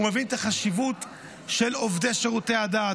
הוא מבין את החשיבות של עובדי שירותי הדת.